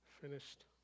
finished